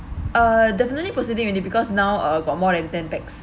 uh definitely already because now uh got more random pax